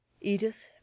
Edith